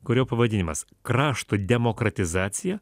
kurio pavadinimas krašto demokratizacija